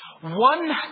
One